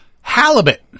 Halibut